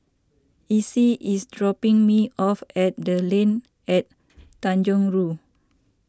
Isis is dropping me off at the Line At Tanjong Rhu